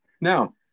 Now